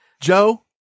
Joe